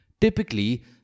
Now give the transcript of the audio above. Typically